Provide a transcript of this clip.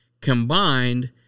combined